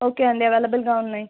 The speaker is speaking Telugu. ఓకే అండి అవైలబుల్గా ఉన్నాయి